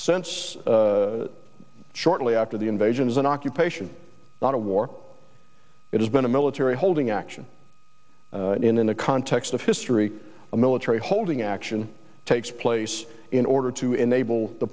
sense shortly after the invasion is an occupation not a war it has been a military holding action in a context of history a military holding action takes place in order to enable the